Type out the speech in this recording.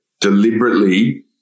deliberately